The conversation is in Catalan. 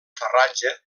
farratge